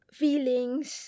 feelings